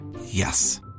Yes